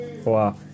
Wow